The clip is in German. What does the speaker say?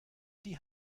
die